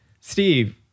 Steve